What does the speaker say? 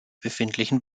befindlichen